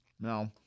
No